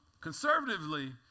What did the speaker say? conservatively